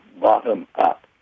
bottom-up